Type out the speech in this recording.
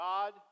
God